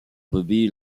bobby